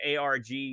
ARG